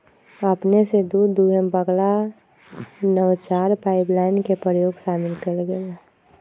अपने स दूध दूहेमें पगला नवाचार पाइपलाइन के प्रयोग शामिल कएल गेल